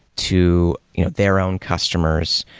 to their own customers,